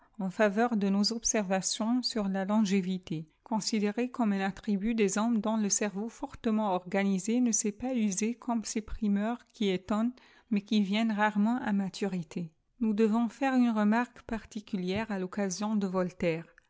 en faveur de nos observations sur la longévité considérée comme un attribut des homipes dont le cerveau fortement organisé ne s'est pas usé comme ces primeurs qui étonpent mais qui viennent rarement à maturité nous devons faire une remarque particulière à l'occasion de voltaire